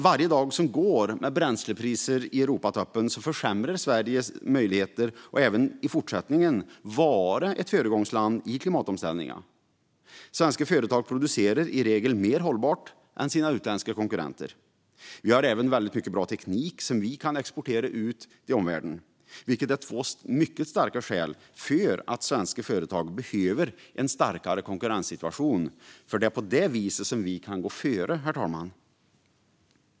Varje dag som går med bränslepriser i Europatoppen försämras möjligheter att även i fortsättningen vara ett föregångsland i klimatomställningen. Svenska företag producerar i regel mer hållbart än deras utländska konkurrenter. Vi har även väldigt mycket bra teknik som vi kan exportera ut till omvärlden, vilket är två mycket starka skäl till att svenska företag behöver en starkare konkurrenssituation. Det är på det viset som vi kan gå före.